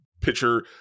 pitcher